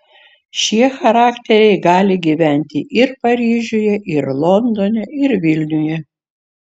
šie charakteriai gali gyventi ir paryžiuje ir londone ir vilniuje